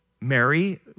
Mary